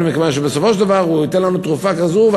מנתח אותנו מכיוון שבסופו של דבר הוא ייתן לנו תרופה כזאת,